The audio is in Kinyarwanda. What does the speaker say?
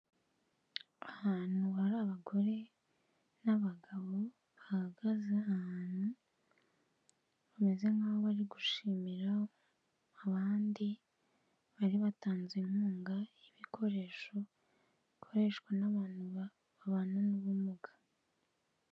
Ahantu hari abagore n'abagabo, bahagaze ahantu bameze nk'aho bari gushimira abandi, bari batanze inkunga y'ibikoresho, bikoreshwa n'abantu babana n'ubumuga.